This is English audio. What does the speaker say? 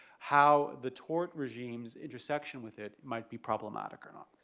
how the tort regimes intersection with it might be problematic or not.